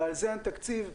ולזה אין תקציב,